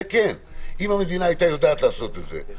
אם המדינה הייתה יודעת לעשות את זה,